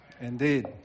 indeed